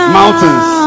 mountains